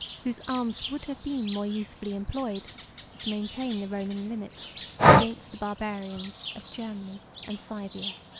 whose arms would have been more usefully employed to maintain the roman limits against the barbarians of germany and scythia.